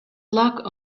luck